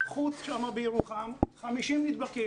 חברים, שם אנחנו רואים את העלייה,